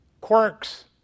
Quirks